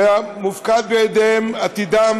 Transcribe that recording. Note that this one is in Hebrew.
ומופקד בידיהם עתידם.